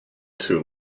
two